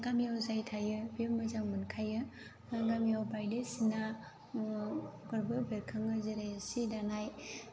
गामियाव जाय थायो बे मोजां मोनखायो गामियाव बायदिसिना फोरबो बेरखाङो जेरै सि दानाय